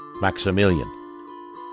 Maximilian